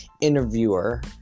interviewer